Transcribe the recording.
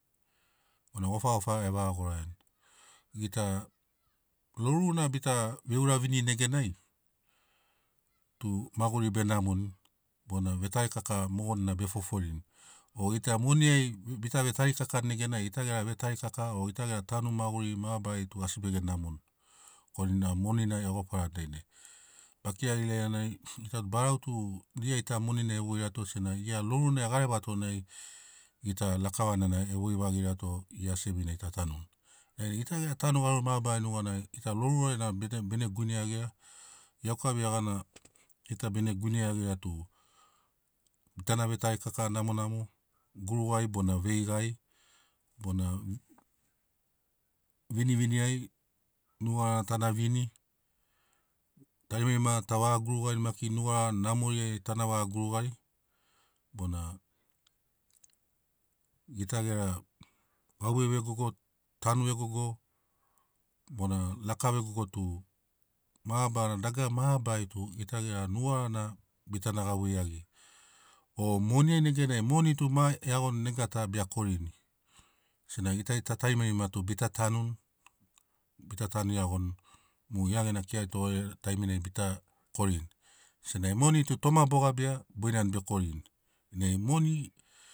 Bona gofagofa e vaga goraiani. Gita loru na bita veuravinini neganai tu maguri benamoni bona vetarikaka mogonina be foforini o gita moniai bita vetarikakani o gita gera tanu maguriri mabarari asi bege namoni korana moni na e gofarani dainai. Ba kira ilailanai gita barau tu dia gita monina e voirato senagi gia loruna e gerevato nai gita lakavana e voi vagirato ia sevinai ta tanuni. Dainai gita gera tanu garori mabarari nuganai gita lorurana bene bene guine iagira iauka veagana gita bene guine iagira tu bitana vetarikaka namonamo gurugai bona veigai bona ve viniviniai nugara na tana vini tarimarima ta vaga gurugarini maki nugara namoriai tana vaga gurugari bona gita gera gauvei vegogo tanu vegogo bona laka vegogo tu mabarana dagara mabarari tu gita gera nugarana bitana gauvei iagiri o moniai neganai moni tu ma iagoni nega ta bea korini. Senagi gita gita tarimarima bita tanuni bita tanu iagoni mo gia gena kira tore taimina bita korini sena moni tu toma bo gabia boinani be korini nai moni